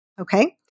Okay